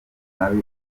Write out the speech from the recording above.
mabi